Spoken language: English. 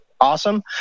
awesome